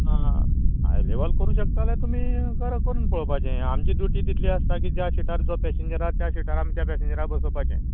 आं high level करूंक शकता जाल्यार तुमी करून पळोवपाचें आमची डिवटी इतली आसता की ज्या सिटार जो पेसेंजर आसा त्या सिटार आमच्या पेसेंजराक बसोवपाचें